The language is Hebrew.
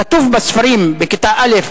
כתוב בספרים בכיתה א',